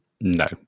no